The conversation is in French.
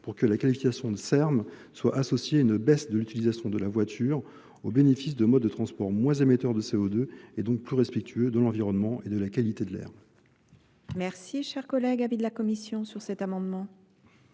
pour que la qualification de E R M soit associées à une baisse de l'utilisation de la voiture au bénéfice de modes de transport moins émetteurs de O deux et donc plus respectueux de l'environnement et de la qualité de l'air. chers collègues, l'avis de la commission sur ce Mᵐᵉ